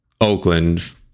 Oakland